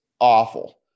awful